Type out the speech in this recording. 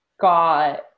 got